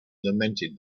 lamented